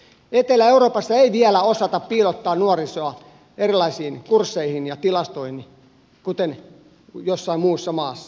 etelä euroopassa ei vielä osata piilottaa nuorisoa erilaisiin kursseihin ja tilastoihin kuten jossain muussa maassa